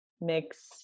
mix